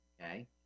okay